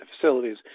facilities